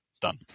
Done